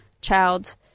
child